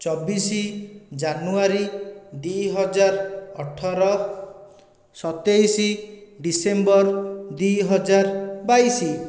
ଚବିଶ ଜାନୁଆରୀ ଦୁଇହଜାର ଅଠର ଶତାଇଶ ଡିସେମ୍ବର ଦୁଇହଜାର ବାଇଶ